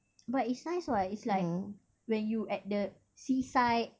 but it's nice what it's like when you at the seaside